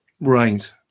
right